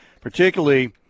particularly